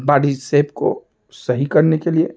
body shape को सही करने के लिए